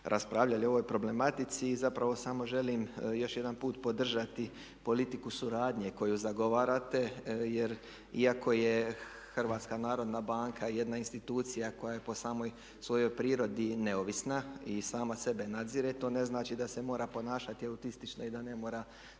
raspravljali o ovoj problematici i zapravo samo želim još jedan put podržati politiku suradnje koju zagovarate jer iako je HNB jedna institucija koja je po samoj svojoj prirodi neovisna i sama sebe nadzire to ne znači da se mora ponašati autistično i da ne mora